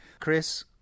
Chris